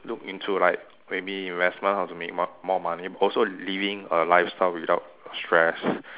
look into like maybe must learn how to earn more more money also living a lifestyle without stress